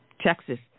Texas